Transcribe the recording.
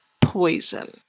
poison